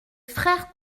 frères